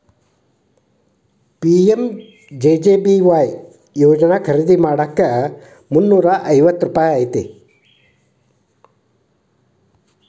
PMJJBY ಯೋಜನಾ ಖರೇದಿ ಮಾಡಾಕ ಐ.ಎನ್.ಆರ್ ಮುನ್ನೂರಾ ಮೂವತ್ತ ರೂಪಾಯಿ ಐತಿ